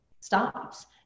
stops